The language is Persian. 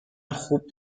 خوب